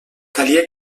calia